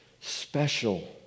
special